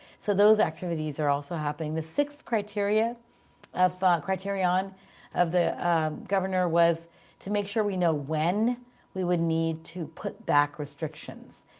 so those activities are also happening. the sixth criteria of criterion of the governor was to make sure we know when we would need to put back restrictions.